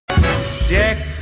Deck